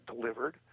delivered